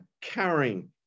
carrying